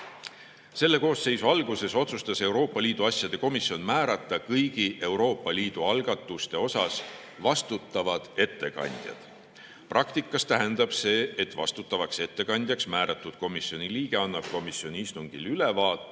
koosseisu alguses otsustas Euroopa Liidu asjade komisjon määrata kõigi Euroopa Liidu algatuste osas vastutavad ettekandjad. Praktikas tähendab see, et vastutavaks ettekandjaks määratud komisjoni liige annab komisjoni istungil ülevaate